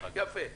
יפה.